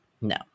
No